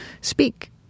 speak